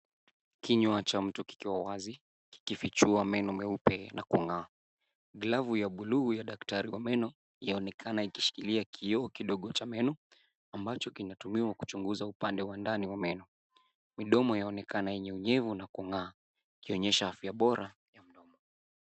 Kinywa cha mtu kikiwa wazi, kikifichua meno meupe na kungaa. Glovu ya buluu ya daktari wa meno, yaonekana ikishikilia kioo kidogo cha meno ,ambacho kinatumiwa kuchunguza upande wa ndani wa meno. Midomo yaonekana yenye unyevu na kungaa, ikionyesha afya bora ya mdomo.